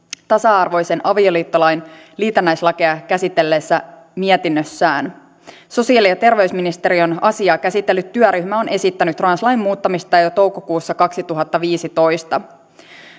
tasa arvoisen avioliittolain liitännäislakeja käsitelleessä mietinnössään sosiaali ja terveysministeriön asiaa käsitellyt työryhmä on esittänyt translain muuttamista jo toukokuussa kaksituhattaviisitoista